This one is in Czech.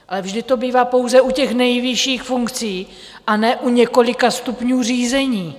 Ale vždy to bývá pouze u těch nejvyšších funkcí, a ne u několika stupňů řízení.